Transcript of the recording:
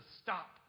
stop